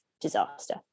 disaster